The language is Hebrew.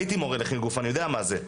הייתי מורה לחינוך גופני, אני יודע מה זה.